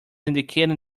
indicating